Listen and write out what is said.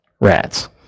Rats